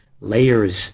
layers